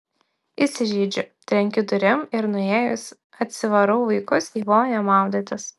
įsižeidžiu trenkiu durim ir nuėjus atsivarau vaikus į vonią maudytis